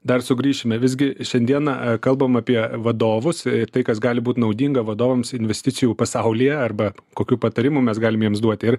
dar sugrįšime visgi šiandieną kalbam apie vadovus tai kas gali būt naudinga vadovams investicijų pasaulyje arba kokių patarimų mes galim jiems duoti ir